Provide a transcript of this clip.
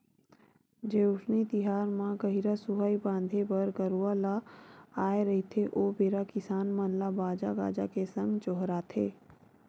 जेठउनी तिहार म गहिरा सुहाई बांधे बर गरूवा ल आय रहिथे ओ बेरा किसान मन ल बाजा गाजा के संग जोहारथे